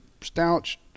staunch